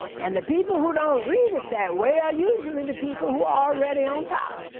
and the people who don't read it that way are usually the people who are already on top.